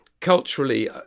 culturally